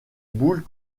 boules